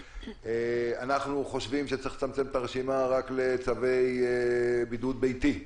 אנחנו חושבים שצריך לצמצם את הרשימה רק לצווי בידוד ביתי,